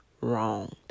wronged